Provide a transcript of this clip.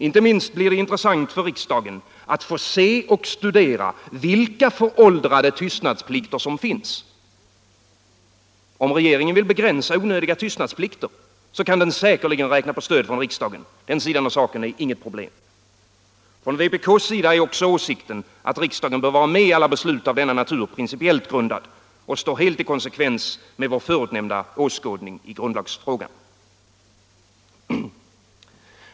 Inte minst blir det intressant för riksdagen att få se och studera vilka föråldrade tystnadsplikter som finns. Om regeringen vill begränsa onödiga tystnadsplikter, kan den säkerligen räkna på stöd från riksdagen — den sidan av saken är inget problem. På vpk:s sida är också åsikten att riksdagen bör vara med i alla beslut av denna natur principiellt grundad. Den står helt i konsekvens med vår förutnämnda åskådning i grundlagsfrågan.